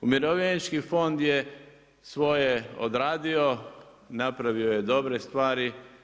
Umirovljenički fond je svoje odradio, napravio je dobre stvari.